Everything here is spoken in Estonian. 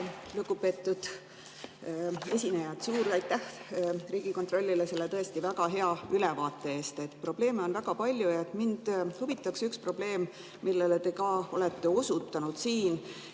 Lugupeetud esineja! Suur aitäh Riigikontrollile selle tõesti väga hea ülevaate eest! Probleeme on väga palju. Mind huvitab üks probleem, millele te ka olete siin